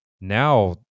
now